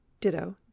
ditto